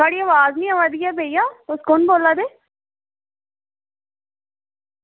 थुआढ़ी आवाज़ निं आवा दी ऐ भैया तुस कु'न बोला दे